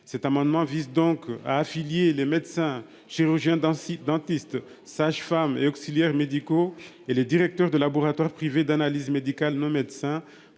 Cet amendement vise ainsi à affilier les médecins, chirurgiens-dentistes, sages-femmes, auxiliaires médicaux et directeurs de laboratoires privés d'analyses médicales non médecins